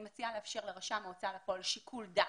אני מציעה לאפשר לרשם ההוצאה לפועל שיקול דעת.